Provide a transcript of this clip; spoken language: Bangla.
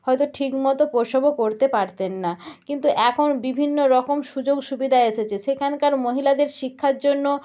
হয়তো ঠিক মতো প্রসবও করতে পারতেন না কিন্তু এখন বিভিন্ন রকম সুযোগ সুবিধা এসেছে সেখানকার মহিলাদের শিক্ষার জন্য